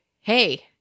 hey